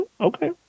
Okay